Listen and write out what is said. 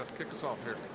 kick us off here.